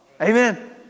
Amen